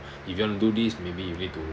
if you want to do this maybe you need to